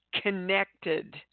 connected